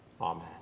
Amen